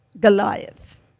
Goliath